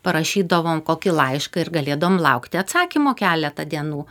parašydavom kokį laišką ir galėdavom laukti atsakymo keletą dienų